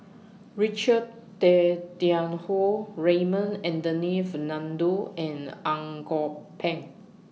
Richard Tay Tian Hoe Raymond Anthony Fernando and Ang Kok Peng